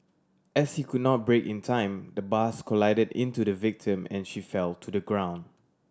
as he could not brake in time the bus collided into the victim and she fell to the ground